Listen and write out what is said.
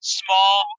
small